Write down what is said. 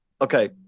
Okay